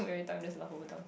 every time just laugh over dumb